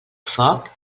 foc